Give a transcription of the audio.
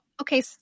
okay